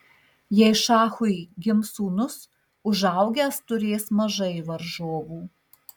jei šachui gims sūnus užaugęs turės mažai varžovų